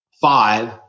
Five